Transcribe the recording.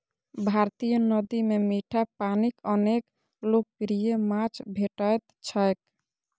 भारतीय नदी मे मीठा पानिक अनेक लोकप्रिय माछ भेटैत छैक